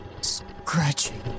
Scratching